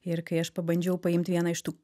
ir kai aš pabandžiau paimt vieną iš tų